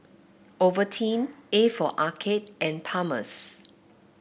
Ovaltine A for Arcade and Palmer's